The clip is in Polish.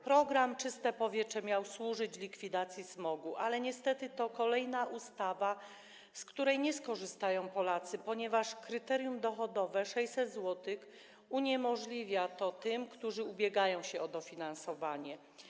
Program „Czyste powietrze” miał służyć likwidacji smogu, ale niestety to kolejna ustawa, z której nie skorzystają Polacy, ponieważ kryterium dochodowe, 600 zł, uniemożliwia to tym, którzy ubiegają się o dofinansowanie.